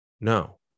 No